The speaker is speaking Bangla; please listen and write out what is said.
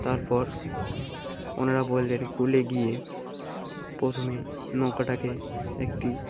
তারপর ওনারা বললেন কূলে গিয়ে প্রথমে নৌকাটাকে একটি